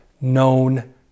known